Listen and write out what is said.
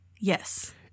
yes